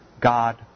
god